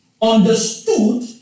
Understood